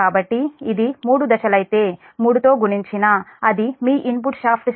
కాబట్టి ఇది మూడు దశలైతే 3 తో గుణించిన అది మీ ఇన్పుట్ షాఫ్ట్ శక్తి 940